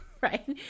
Right